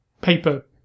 paper